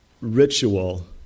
ritual